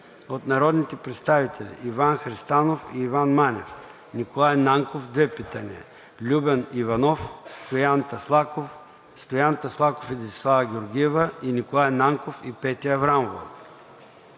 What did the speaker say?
от народните представители Иван Христанов и Иван Манев; Николай Нанков – две питания; Любен Иванов; Стоян Таслаков; Стоян Таслаков и Десислава Георгиева; и Николай Нанков и Петя Аврамова.